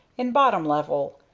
in bottom level.